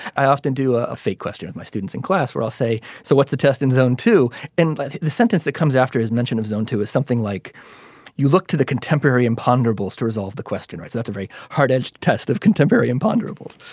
i often do a fake question. my students in class were i'll say so what's the test in zone two in like the sentence that comes after his mention of zone two is something like you look to the contemporary imponderables to resolve the question right. that's a very hard edged test of contemporary imponderables.